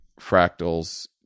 fractals